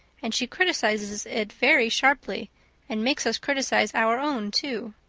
and she criticizes it very sharply and makes us criticize our own too.